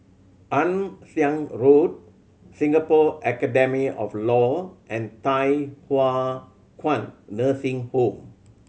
Ann Siang Road Singapore Academy of Law and Thye Hua Kwan Nursing Home